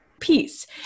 Peace